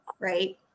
Right